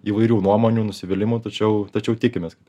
įvairių nuomonių nusivylimų tačiau tačiau tikimės kad